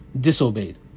disobeyed